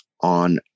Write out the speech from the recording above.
on